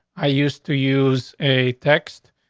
i used to use a text,